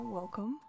welcome